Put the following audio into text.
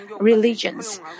religions